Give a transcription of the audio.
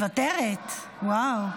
מוותרת, וואו.